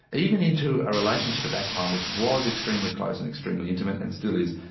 even into a relationship at that time which was extremely close and extremely intimate, and still is.